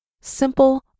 simple